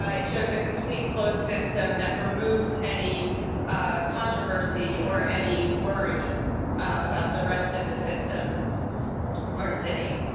ah it shows a complete closed system that removes any controversy or any worry about the rest of the system or city.